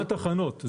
הקמת תחנות.